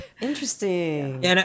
Interesting